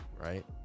right